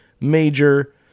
major